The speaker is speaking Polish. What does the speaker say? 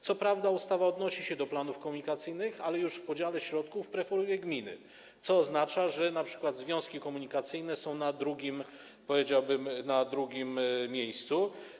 Co prawda ustawa odnosi się do planów komunikacyjnych, ale już w podziale środków preferuje gminy, co oznacza, że np. związki komunikacyjne są na drugim miejscu.